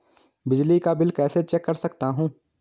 बिजली का बिल कैसे चेक कर सकता हूँ?